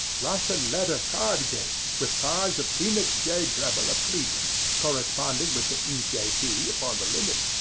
russian leather card-case, with cards of enoch j. drebber of cleveland, corresponding with the e. j. d. upon the linen.